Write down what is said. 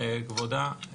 כבודה,